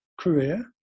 career